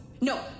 No